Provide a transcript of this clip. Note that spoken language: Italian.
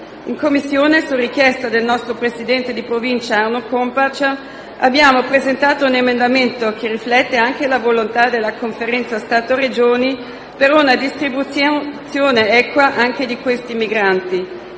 In Commissione, su richiesta del nostro presidente di Provincia Arno Kompatscher, abbiamo presentato un emendamento che riflette anche la volontà della Conferenza Stato-Regioni per una distribuzione equa anche di questi migranti.